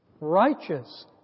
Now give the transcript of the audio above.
righteous